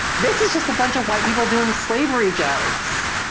this is just a bunch of white people doing slavery jokes.